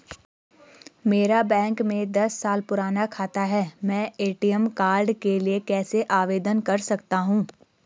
मेरा बैंक में दस साल पुराना खाता है मैं ए.टी.एम कार्ड के लिए कैसे आवेदन कर सकता हूँ?